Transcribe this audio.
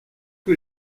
que